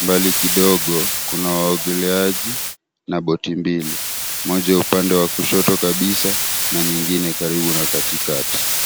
Mbali kidogo kuna waogeleaji na boti mbili, moja upande wa kushoto kabisa na nyingine karibu na katikati.